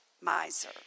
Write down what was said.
miser